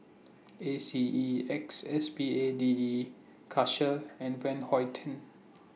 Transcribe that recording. A C E X S P A D E Karcher and Van Houten